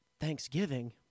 Thanksgiving